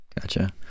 Gotcha